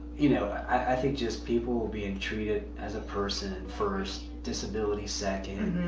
you know, i think just people being treated as a person first, disability second,